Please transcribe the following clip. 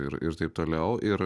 ir ir taip toliau ir